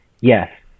yes